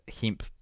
hemp